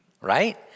Right